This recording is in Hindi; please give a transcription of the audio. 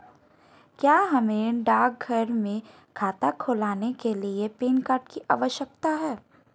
क्या हमें डाकघर में खाता खोलने के लिए पैन कार्ड की आवश्यकता है?